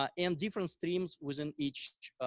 um and different streams within each